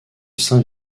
saint